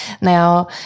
Now